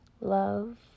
love